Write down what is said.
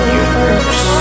universe